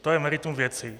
To je meritum věci.